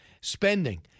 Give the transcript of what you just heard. Spending